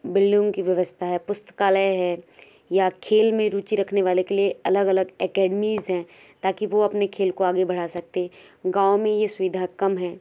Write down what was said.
बिल्डिंगों की व्यवस्था है पुस्तकालय है या खेल में रुचि रखने वाले के लिए अलग अलग एकेडमीज़ हैं ताकि वो अपने खेल को आगे बढ़ा सकते हैं गाँव में ये सुविधा कम हैं